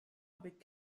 avec